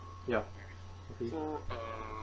ya